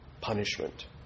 punishment